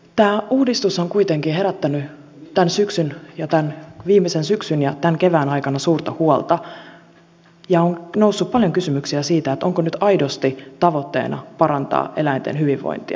tämä uudistus on kuitenkin herättänyt viime syksyn ja tämän kevään aikana suurta huolta ja on noussut paljon kysymyksiä siitä onko nyt aidosti tavoitteena parantaa eläinten hyvinvointia